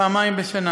פעמיים בשנה.